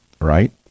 right